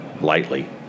lightly